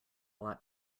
lot